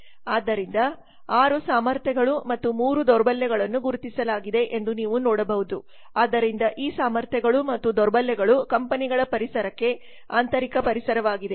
ಆದ್ದರಿಂದ6 ಸಾಮರ್ಥ್ಯಗಳು ಮತ್ತು 3 ದೌರ್ಬಲ್ಯಗಳನ್ನು ಗುರುತಿಸಲಾಗಿದೆಎಂದು ನೀವು ನೋಡಬಹುದು ಆದ್ದರಿಂದ ಈ ಸಾಮರ್ಥ್ಯಗಳು ಮತ್ತು ದೌರ್ಬಲ್ಯಗಳು ಕಂಪೆನಿಗಳ ಪರಿಸರಕ್ಕೆ ಆಂತರಿಕ ಪರಿಸರವಾಗಿದೆ